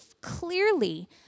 clearly